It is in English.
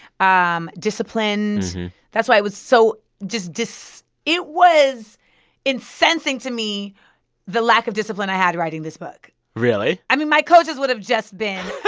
um disciplined that's why it was so just it was incensing to me the lack of discipline i had writing this book really? i mean, my coaches would have just been.